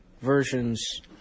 versions